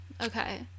okay